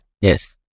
Yes